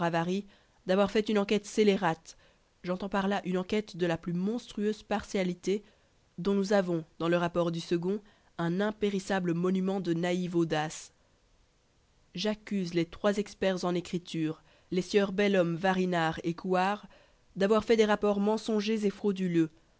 d'avoir fait une enquête scélérate j'entends par là une enquête de la plus monstrueuse partialité dont nous avons dans le rapport du second un impérissable monument de naïve audace j'accuse les trois experts en écritures les sieurs belhomme varinard et couard d'avoir fait des rapports mensongers et frauduleux